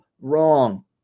wrong